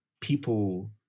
people